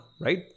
right